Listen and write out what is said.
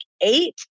eight